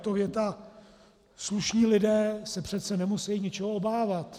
Je to věta: Slušní lidé se přece nemusejí ničeho obávat.